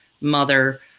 mother